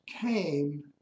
came